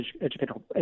Educational